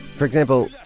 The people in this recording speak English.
for example,